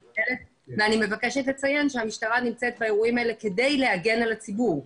אני מבקשת לציין שהמשטרה נמצאת באירועים האלה כדי להגן על הציבור.